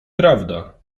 prawda